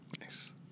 Nice